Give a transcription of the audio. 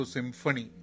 Symphony